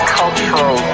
cultural